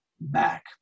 back